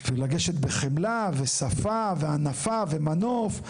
ולגשת בחמלה ושפה והנפה ומנוף.